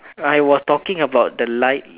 I was talking about the light